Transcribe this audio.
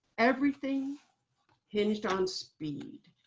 everything hinged on speed.